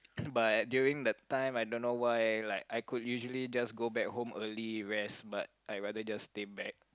but during the time I don't know why like I could usually just go back home earlier rest but I rather just stay back